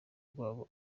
rwabo